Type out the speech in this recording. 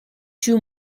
two